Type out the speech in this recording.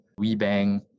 WeBank